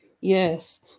yes